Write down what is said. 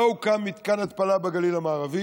לא הוקם מתקן התפלה בגליל המערבי,